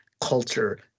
culture